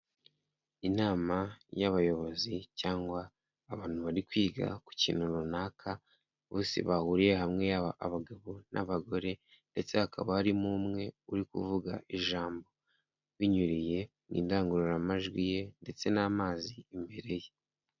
Inama y'abayobozi cyangwa abantu bari kwiga ku kintu runaka bose bahuriye hamwe abagabo n'abagore, ndetse hakaba harimo umwe uri kuvuga ijambo binyuriye mu indangururamajwi ye ndetse n'amazi imbere ye.